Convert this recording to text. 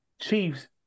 Chiefs